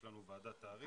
יש לנו ועדת תעריף.